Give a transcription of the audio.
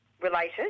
related